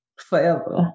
forever